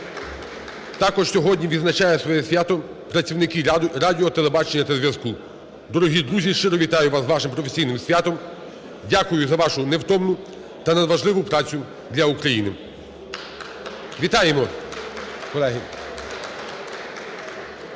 Також сьогодні відзначають своє свято працівники радіо, телебачення та зв'язку. Дорогі друзі, щиро вітаю вас з вашим професійним святом. Дякую за вашу невтомну та надважливу працю для України. Вітаємо, колеги!